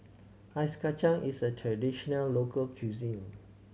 Ice Kachang is a traditional local cuisine